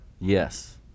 Yes